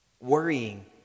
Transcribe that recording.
worrying